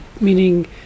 meaning